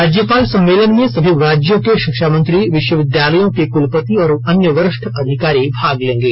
राज्यपाल सम्मेलन में सभी राज्यों के शिक्षा मंत्री विश्व विद्यालयों के क्लपति और अन्य वरिष्ठ अधिकारी भी भाग लेंगे